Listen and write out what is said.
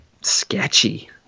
sketchy